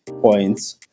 points